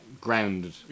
grounded